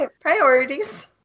priorities